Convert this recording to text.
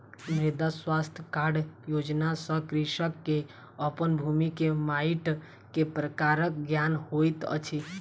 मृदा स्वास्थ्य कार्ड योजना सॅ कृषक के अपन भूमि के माइट के प्रकारक ज्ञान होइत अछि